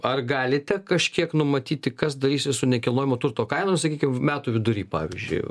ar galite kažkiek numatyti kas darysis su nekilnojamo turto kainom sakykim metų vidury pavyzdžiui